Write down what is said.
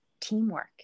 teamwork